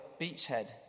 beachhead